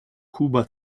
kuba